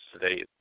today